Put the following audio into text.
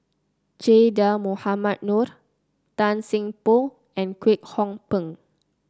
Che Dah Mohamed Noor Tan Seng Poh and Kwek Hong Png